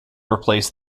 replaced